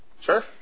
Sure